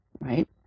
right